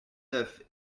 neuf